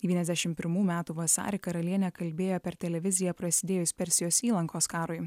devyniasdešim pirmų metų vasarį karalienė kalbėjo per televiziją prasidėjus persijos įlankos karui